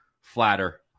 flatter